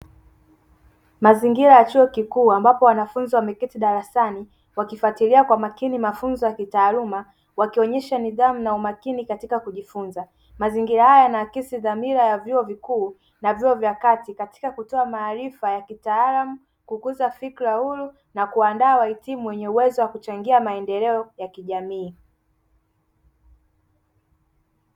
Mazingira ya chuo kikuu ambapo wanafunzi wameketi darasani wakifuatiia kwa makini mafunzo ya kitaalumu, wakionyesha nidhamu na umakini katika kujifunza. Mazingira haya yanaakisi dhamira ya vyuo vikuu na vyuo vya kati katika kutoa maarifa ya kitaalamu, kukuza fikra huru na kuandaa wahitimu wenye uwezo wa kuchangia maendeleo ya kijamii.